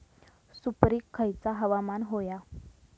सुपरिक खयचा हवामान होया?